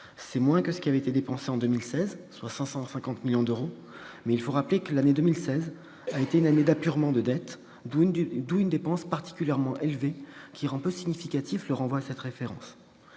C'est moins que ce qui a été dépensé en 2016- 550 millions d'euros -, mais 2016 a été une année d'apurement de dettes, d'où une dépense particulièrement élevée qui rend peu significatif le renvoi à cette référence.